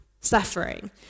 suffering